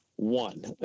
One